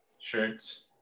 shirts